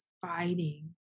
fighting